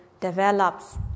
develops